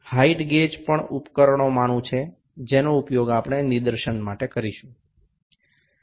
height gauge પણ ઉપકરણોમાનું છે જેનો ઉપયોગ આપણે નિદર્શન માટે કરીશું